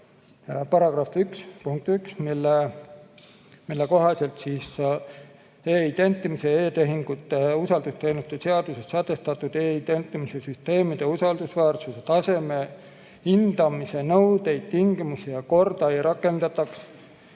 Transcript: § 1 punkt 1, mille kohaselt e‑identimise ja e‑tehingute usaldusteenuste seaduses sätestatud e‑identimise süsteemide usaldusväärsuse taseme hindamise nõudeid, tingimusi ja korda ei rakendataks